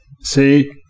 See